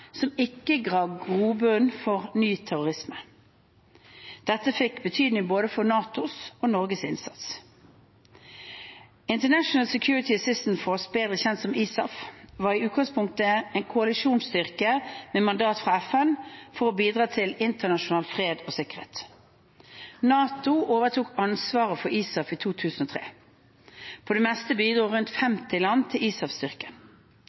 som ikke ga grobunn for ny terrorisme. Dette fikk betydning både for NATOs og Norges innsats. International Security Assistance Force, bedre kjent som ISAF, var i utgangspunktet en koalisjonsstyrke med mandat fra FN for å bidra til internasjonal fred og sikkerhet. NATO overtok ansvaret for ISAF i 2003. På det meste bidro rundt 50 land til